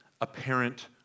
apparent